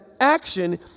action